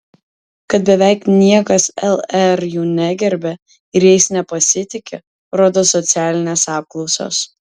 kad beveik niekas lr jų negerbia ir jais nepasitiki rodo socialinės apklausos